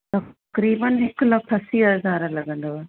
तक़रीबनि हिकु लख असी हज़ार लॻंदव